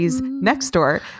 Nextdoor